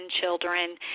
children